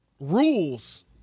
rules